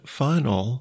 final